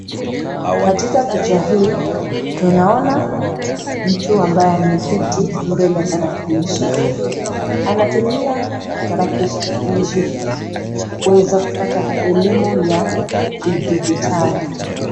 Katika picha hii tunaoana mtu ambaye ameketi mbele ya tarakilishi. Anatumia tarakilishi hii kuweza kupata elimu ya kidijitali.